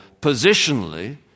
positionally